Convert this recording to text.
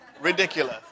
Ridiculous